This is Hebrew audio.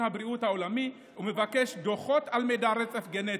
הבריאות העולמי ומבקש דוחות על מידע ריצוף גנטי.